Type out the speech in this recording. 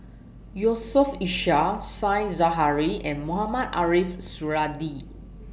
Yusof Ishak Said Zahari and Mohamed Ariff Suradi